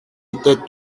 était